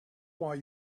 why